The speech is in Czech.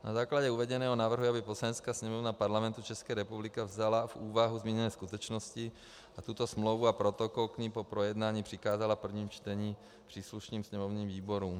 Na základě uvedeného navrhuji, aby Poslanecká sněmovna Parlamentu České republiky vzala v úvahu zmíněné skutečnosti a tuto smlouvu a protokol k ní po projednání přikázala v prvním čtení příslušným sněmovním výborům.